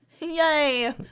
Yay